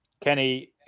Kenny